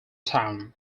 town